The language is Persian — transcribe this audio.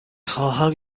خواهم